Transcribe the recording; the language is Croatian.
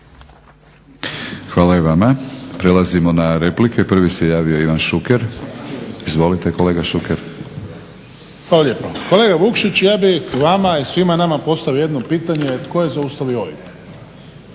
Hvala i vama. Prelazimo na replike. Prvi se javio Ivan Šuker. Izvolite kolega Šuker. **Šuker, Ivan (HDZ)** Hvala lijepo. Kolega Vukšić, ja bih vama i svima nama postavio jedno pitanje tko je zaustavio OIB?